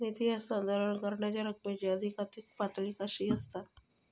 निधी हस्तांतरण करण्यांच्या रकमेची अधिकाधिक पातळी किती असात?